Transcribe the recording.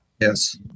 Yes